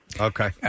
Okay